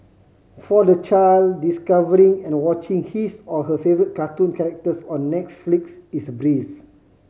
for the child discovering and watching his or her favourite cartoon characters on Netflix is a breeze